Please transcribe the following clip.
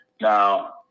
Now